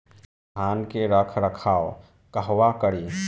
धान के रख रखाव कहवा करी?